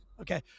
Okay